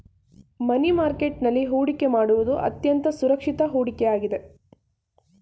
ಮನಿ market ನಲ್ಲಿ ಹೊಡಿಕೆ ಮಾಡುವುದು ಅತ್ಯಂತ ಸುರಕ್ಷಿತ ಹೂಡಿಕೆ ಆಗಿದೆ